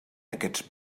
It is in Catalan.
aquests